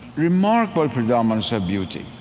remarkable predominance of beauty,